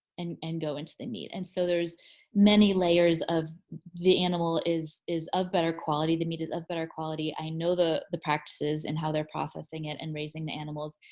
and and go into the meat. and so there's many layers of the animal is is of better quality the meat is of better quality. i know the the practices and how they're processing it and raising the animals.